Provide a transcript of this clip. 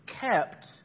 kept